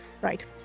right